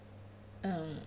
um